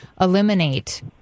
eliminate